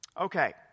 Okay